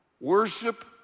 worship